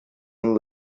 and